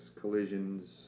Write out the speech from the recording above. collisions